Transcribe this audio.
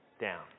down